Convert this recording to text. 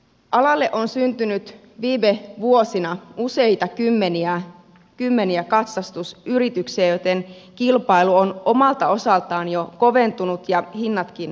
alalle on syntynyt viime vuosina useita kymmeniä katsastusyrityksiä joten kilpailu on omalta osaltaan jo koventunut ja hinnatkin laskeneet